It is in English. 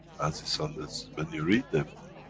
as is on this when you read them,